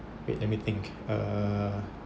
wait let me think uh